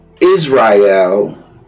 Israel